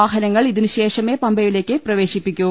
വാഹനങ്ങൾ ഇതിനുശേഷമെ പമ്പയി ലേക്ക് പ്രവേശിപ്പിക്കൂ